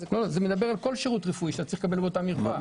כל שירות רפואי שצריך לקבל באותה מרפאה.